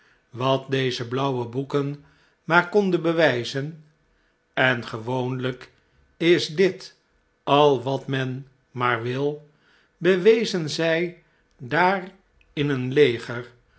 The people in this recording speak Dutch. wat deze blauwe boeken maar konden bewijzen en gewoonlijk is dit al wat men maar wil bewezen zjj daar in een leger